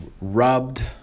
rubbed